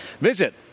Visit